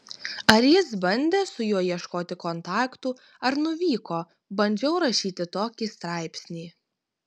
ar jis bandė su juo ieškoti kontaktų ar nuvyko bandžiau rašyti tokį straipsnį